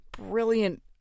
Brilliant